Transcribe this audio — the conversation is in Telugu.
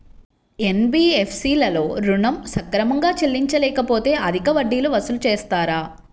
ఎన్.బీ.ఎఫ్.సి లలో ఋణం సక్రమంగా చెల్లించలేకపోతె అధిక వడ్డీలు వసూలు చేస్తారా?